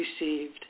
received